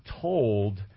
told